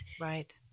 Right